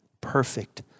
perfect